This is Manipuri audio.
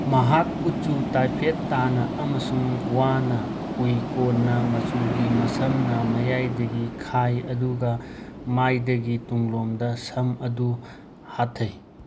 ꯃꯍꯥꯛ ꯀꯨꯆꯨ ꯇꯥꯏꯐꯦꯠ ꯇꯥꯅ ꯑꯃꯁꯨꯡ ꯋꯥꯅ ꯎꯏ ꯀꯣꯟꯅ ꯃꯆꯨꯒꯤ ꯃꯁꯝꯅ ꯃꯌꯥꯏꯗꯒꯤ ꯈꯥꯏ ꯑꯗꯨꯒ ꯃꯥꯏꯗꯒꯤ ꯇꯨꯡꯂꯣꯝꯗꯣꯝꯗ ꯁꯝ ꯑꯗꯨ ꯍꯥꯠꯊꯩ